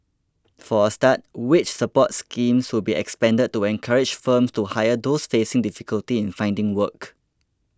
for a start wage support schemes will be expanded to encourage firms to hire those facing difficulty in finding work